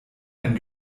ein